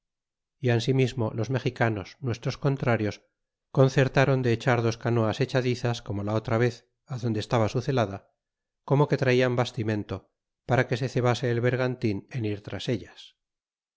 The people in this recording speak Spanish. y ansirnismo los mexicanos nuestros contrarios concertáron de echar dos canoas echadizas como la otra vez adonde estaba su zelada como que traian bastimento para que se cebase el bergan tin en ir tras ellas